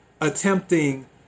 attempting